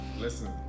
Listen